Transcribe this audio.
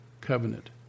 covenant